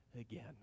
again